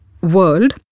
world